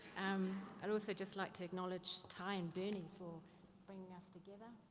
um i'd also just like to acknowledge ty and bernie for bringing us together,